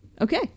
Okay